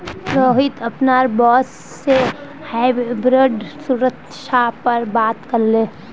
रोहित अपनार बॉस से हाइब्रिड सुरक्षा पर बात करले